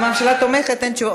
הממשלה תומכת, אין תשובה.